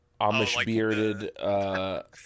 Amish-bearded